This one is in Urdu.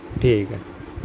ٹھیک ہے